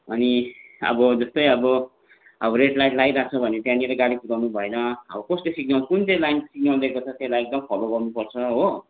अनि अब जस्तै अब रेडलाइट लागिरहेको छ भने त्यहाँनिर गाडी कुदाउनु भएन अब कस्तो सिग्नल कुन चाहिँ लाइन सिग्नल दिएको छ त्यसलाई एकदम फलो गर्नुपर्छ हो